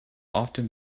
often